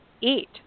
eat